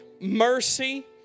mercy